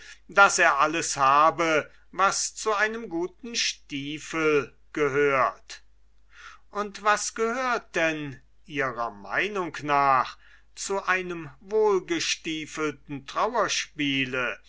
daß er alles habe was zu einem guten stiefel gehört und was gehört denn ihrer meinung nach zu einem wohlgestiefelten trauerspiel